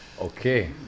Okay